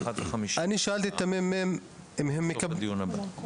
אני שאלתי את הממ"מ אם הם מקבלים מידע מהמשרד